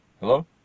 Hello